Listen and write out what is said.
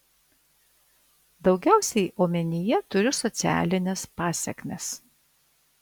daugiausiai omenyje turiu socialines pasekmes